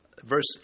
Verse